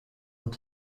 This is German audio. und